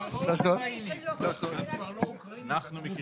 אלא כל הקופות הן נטולות ידע היום לפעול כנגד האנשים האלה.